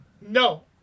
No